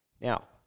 Now